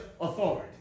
authority